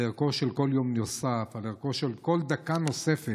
על ערכו של כל יום נוסף, על ערכה של כל דקה נוספת.